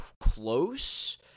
close